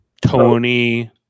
Tony